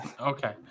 Okay